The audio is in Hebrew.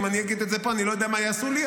אם אני אגיד את זה פה אני לא יודע מה יעשו לי,